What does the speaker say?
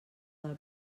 del